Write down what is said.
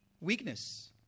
weakness